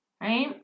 right